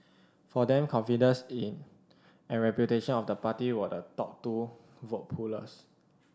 for them confidence in and reputation of the party were the top two vote pullers